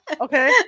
Okay